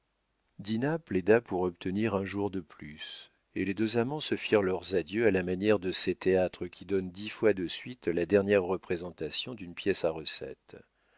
plaida pour obtenir un jour de plus et les deux amants se firent leurs adieux à la manière de ces théâtres qui donnent dix fois de suite la dernière représentation d'une pièce à recettes